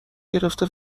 گرفته